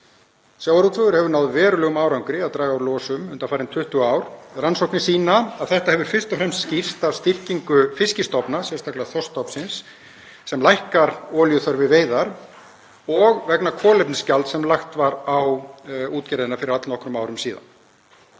Sjávarútvegurinn hefur náð verulegum árangri í að draga úr losun undanfarin 20 ár. Rannsóknir sýna að þetta hefur fyrst og fremst skýrst af styrkingu fiskstofna, sérstaklega þorskstofnsins sem lækkar olíuþörf við veiðar, og vegna kolefnisgjalds sem lagt var á útgerðina fyrir allnokkrum árum síðan.